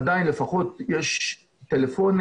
עדיין לפחות יש טלפונים,